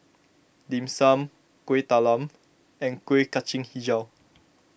Dim Sum Kuih Talam and Kuih Kacang HiJau